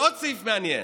ועוד סעיף מעניין: